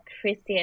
Christian